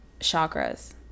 chakras